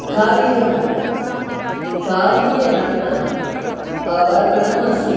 कालीयानर्तनं कालीयानर्तनस्य वर्णनम् अस्ति